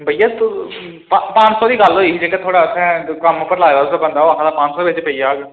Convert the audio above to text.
बइया तू पं पंज सौ दी गल्ल होई ही जेह्का थुआढ़ा उत्थै कम्म उप्पर लाए दा तुसें बंदा ओह् आक्खा दा हा पंज सौ बिच पेई जाह्ग